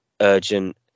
Urgent